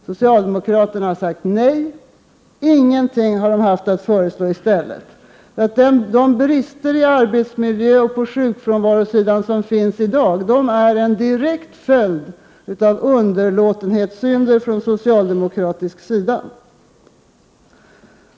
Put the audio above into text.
Socialdemokraterna har sagt nej och har inte haft någonting att föreslå i stället. De brister i arbetsmiljön och problem med sjukfrånvaron som finns i dag är en direkt följd av underlåtenhetssynder på socialdemokratiskt håll.